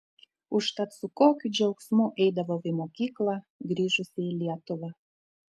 užtat su kokiu džiaugsmu eidavau į mokyklą grįžusi į lietuvą